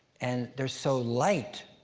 and they're so light.